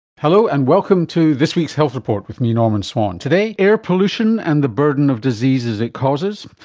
hello, and welcome to this week's health report with me, norman swan. today, air pollution and the burden of diseases it causes.